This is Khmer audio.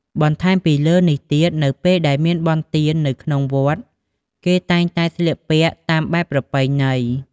បន្ថែមពីលើនេះទៀត នៅពេលដែលមានបុណ្យទាននៅក្នុងវត្ត គេតែងតែស្លៀកពាក់តាមបែបប្រពៃណី។